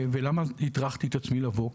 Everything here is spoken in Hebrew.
ולמה הטרחתי את עצמי לבוא,